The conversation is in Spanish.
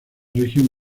región